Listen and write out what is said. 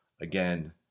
again